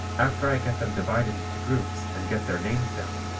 after i get them divided into groups and get their names down,